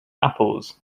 apples